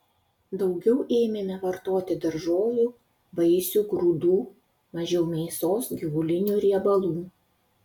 daugiau ėmėme vartoti daržovių vaisių grūdų mažiau mėsos gyvulinių riebalų